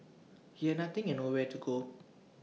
he had nothing and nowhere to go